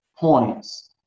points